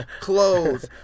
clothes